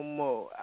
more